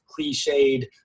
cliched